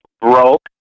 broke